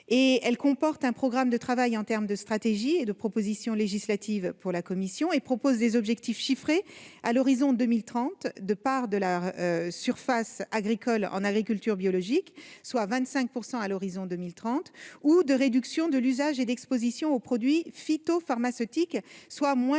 comporte un programme de travail en termes de stratégies et de propositions législatives. Il propose des objectifs chiffrés à l'horizon 2030 en termes de part de la surface consacrée à l'agriculture biologique, soit 25 % à l'horizon 2030, ou de réduction de l'usage et des expositions aux produits phytopharmaceutiques, soit une baisse